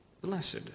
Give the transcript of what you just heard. Blessed